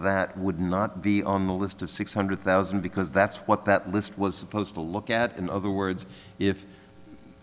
that would not be on the list of six hundred thousand because that's what that list was supposed to look at in other words if